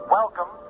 welcome